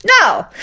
No